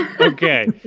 Okay